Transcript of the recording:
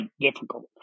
difficult